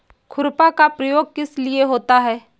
खुरपा का प्रयोग किस लिए होता है?